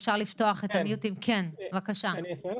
בבקשה.